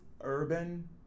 urban